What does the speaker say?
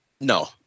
No